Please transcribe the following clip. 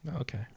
Okay